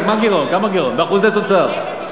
באחוזי תוצר?